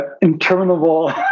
interminable